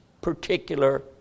particular